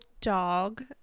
dog